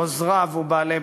עוזריו ובעלי-בריתו.